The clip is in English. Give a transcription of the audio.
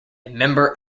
member